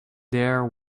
there